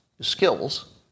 skills